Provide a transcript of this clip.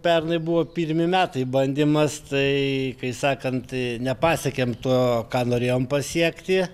pernai buvo pirmi metai bandymas tai kai sakant nepasiekėm to ką norėjom pasiekti